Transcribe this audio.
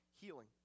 healing